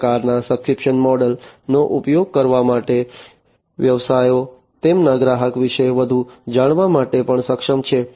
આ પ્રકારના subscription model નો ઉપયોગ કરવા માટે વ્યવસાયો તેમના ગ્રાહકો વિશે વધુ જાણવા માટે પણ સક્ષમ છે